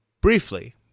briefly